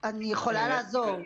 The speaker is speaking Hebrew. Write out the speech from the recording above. אני יכולה לעזור.